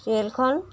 ছিৰিয়েলখন